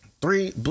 three